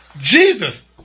Jesus